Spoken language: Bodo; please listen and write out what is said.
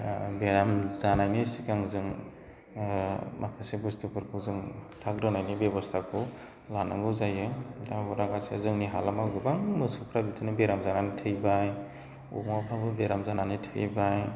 बेराम जानायनि सिगां जों माखासे बुस्थुफोरखौ जों थाग दोनायनि बेबस्थाखौ लानांगौ जायो दा उरागासे जोंनि हालामाव गोबां मोसौफ्रा बिदिनो बेराम जानानै थैबाय अमाफ्राबो बेराम जानानै थैबाय